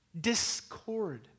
discord